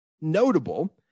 notable